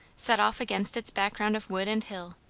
set off against its background of wood and hill,